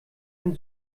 ein